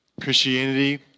Christianity